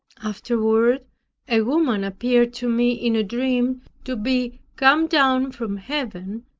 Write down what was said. afterward a woman appeared to me in a dream to be come down from heaven,